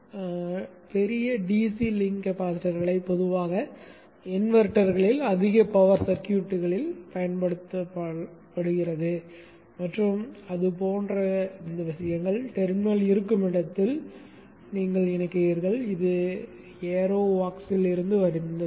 இன்னும் பெரிய DC link கேபாசிட்டர்களாக பொதுவாக இன்வெர்ட்டுகளில் அதிக பவர் சர்க்யூட்களில் பயன்படுத்தப்படுகிறது மற்றும் அது போன்ற விஷயங்களை டெர்மினல் இருக்கும் இடத்தில் நீங்கள் இணைக்கிறீர்கள் இது ஏரோவாக்ஸில் இருந்து வந்தது